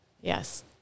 Yes